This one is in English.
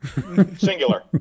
Singular